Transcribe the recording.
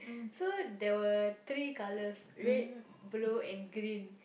so there were three colours red blue and green